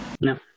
No